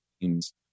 teams